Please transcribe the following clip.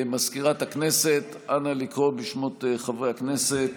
מזכירת הכנסת, נא לקרוא בשמות חברי הכנסת